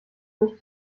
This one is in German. durch